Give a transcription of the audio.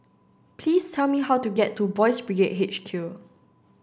please tell me how to get to Boys' Brigade H Q